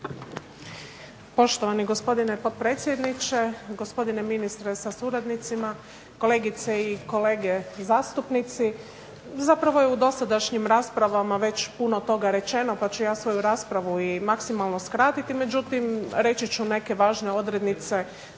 Poštovani gospodine potpredsjedniče, gospodine ministre sa suradnicima, kolegice i kolege zastupnici. Zapravo je u dosadašnjim raspravama već puno toga rečeno pa ću ja svoju raspravu i maksimalno skratiti. Međutim, reći ću neke važne odrednice